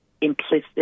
implicit